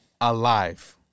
Alive